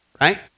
right